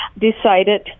decided